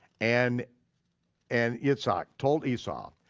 and and yitzhak told esau,